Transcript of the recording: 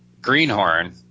Greenhorn